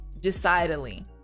decidedly